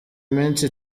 iminsi